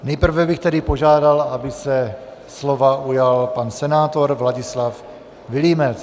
Nejprve bych tedy požádal, aby se slova ujal pan senátor Vladislav Vilímec.